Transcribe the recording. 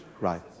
right